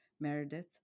Meredith